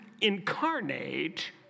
incarnate